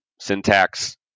syntax